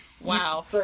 Wow